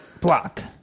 block